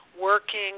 working